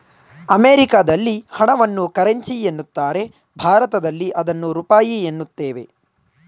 ಅಮೆರಿಕದಲ್ಲಿ ಹಣವನ್ನು ಕರೆನ್ಸಿ ಎನ್ನುತ್ತಾರೆ ಭಾರತದಲ್ಲಿ ಅದನ್ನು ರೂಪಾಯಿ ಎನ್ನುತ್ತೇವೆ